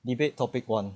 debate topic one